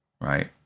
right